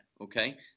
okay